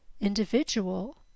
Individual